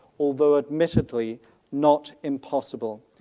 although admittedly not impossible.